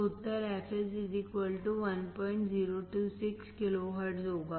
तो उत्तर fh 1026 kilohertz होगा